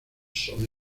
son